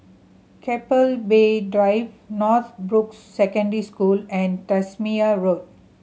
Keppel Bay Drive Northbrooks Secondary School and Tasmania Road